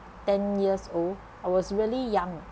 ten years old I was really young